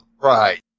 Right